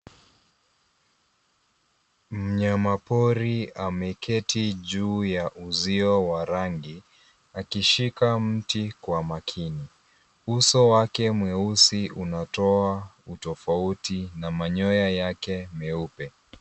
Mnyama pori ameketi juu ya uzio wa rangi, akishika mti kwa makini. Uso wake mweusi unatoa utofauti na manyoya yake meupe.